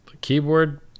keyboard